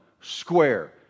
square